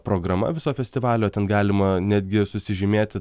programa viso festivalio ten galima netgi susižymėti